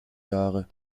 jahre